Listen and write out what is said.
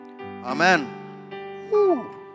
Amen